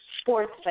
sports